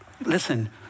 listen